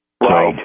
Right